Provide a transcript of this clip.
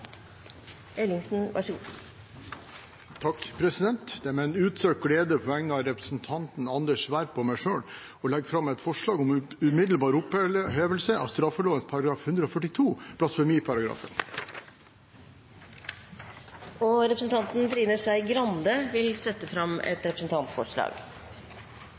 Det er meg en utsøkt glede på vegne av stortingsrepresentantene Anders B. Werp og meg selv å legge fram et forslag om umiddelbar opphevelse av straffeloven § 142 Representanten Trine Skei Grande vil sette fram et representantforslag.